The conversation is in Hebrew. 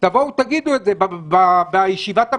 תבואו ותגידו את זה בישיבת הממשלה.